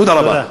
תודה רבה.